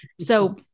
So-